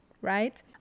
right